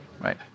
right